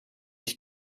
ich